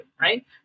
right